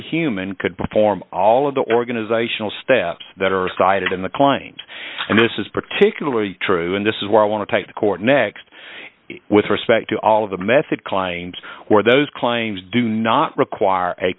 human could perform all of the organizational steps that are cited in the kleins and this is particularly true and this is where i want to take the court next with respect to all of the method kline's or those claims do not require a